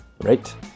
Right